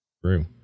True